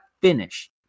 finish